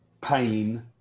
pain